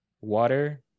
water